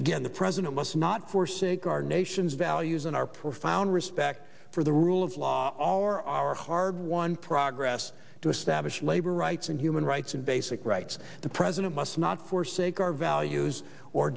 again the president must not forsake our nation's values and our profound respect for the rule of law our our hard won progress to establish labor rights and human rights and basic rights the president must not forsake our values or